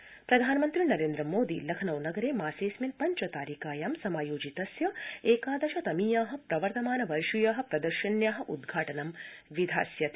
प्रधानमन्त्री प्रधानमन्त्रीनरेन्द्र मोदी लखनऊ नगरे मासेऽस्मिन् पञ्च तारिकायां समायोजितस्य एकादश तमीया प्रवर्तमानवर्षीया प्रदर्शन्या उद्घाटनं विधास्यति